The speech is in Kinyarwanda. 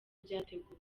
byateguwe